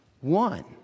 one